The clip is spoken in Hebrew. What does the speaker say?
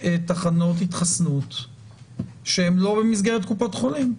תחנות התחסנות שהן לא במסגרת קופות החולים?